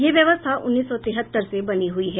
ये व्यवस्था उन्नीस सौ तिहत्तर से बनी हुई है